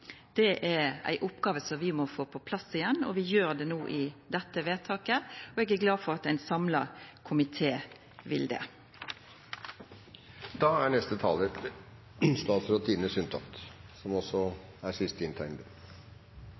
er ei oppgåve som vi må få på plass igjen. Vi gjer det no i dette vedtaket, og eg er glad for at ein samla komité vil det. Offentlig sektor er